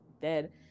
dead